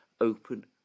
open